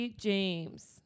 james